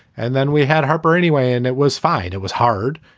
and then we had her birth anyway. and it was fine. it was hard.